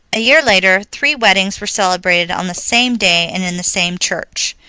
a year later three weddings were celebrated on the same day and in the same church.